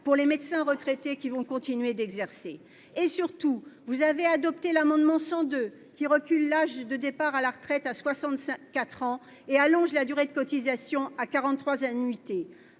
pour les médecins retraités qui continuent d'exercer. Surtout, vous avez adopté l'amendement n° 102 rectifié, visant à reculer l'âge de départ à la retraite à 64 ans et à allonger la durée de cotisation à 43 annuités.